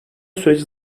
süreci